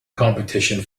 competition